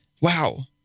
Wow